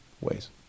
ways